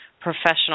professional